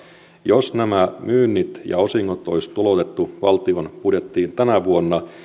jos nämä myynnit ja osingot olisi tuloutettu valtion budjettiin tänä vuonna